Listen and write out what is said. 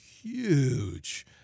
huge